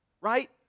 right